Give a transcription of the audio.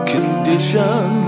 Condition